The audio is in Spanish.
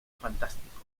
fantástico